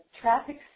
traffic